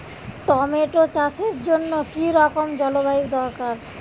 Tomato চাষের জন্য কি রকম জলবায়ু দরকার?